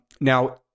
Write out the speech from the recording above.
Now